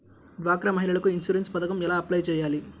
డ్వాక్రా మహిళలకు ఇన్సూరెన్స్ పథకం ఎలా అప్లై చెయ్యాలి?